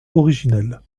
originelle